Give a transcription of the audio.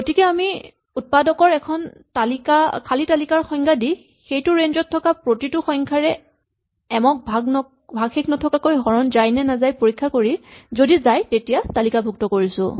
গতিকে আমি উৎপাদকৰ এখন খালী তালিকাৰ সংজ্ঞা দি সেইটো ৰেঞ্জ ত থকা প্ৰতিটো সংখ্যাৰে এম ক ভাগশেষ নথকাকৈ হৰণ যায় নে নাযায় পৰীক্ষা কৰি যদি যায় তেতিয়া তালিকাভুক্ত কৰিছো